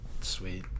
Sweet